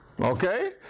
Okay